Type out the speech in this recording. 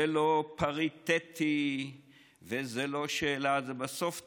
זה לא פריטטי וזה לא שאלה, זה בסוף תלוי,